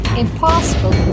impossible